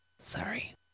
Sorry